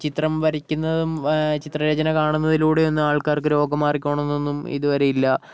ചിത്രം വരയ്ക്കുന്നതും ചിത്രരചന കാണുന്നതിലൂടെയൊന്നും ആൾക്കാർക്ക് രോഗം മാറിക്കോണമെന്നൊന്നും ഇതുവരെയില്ല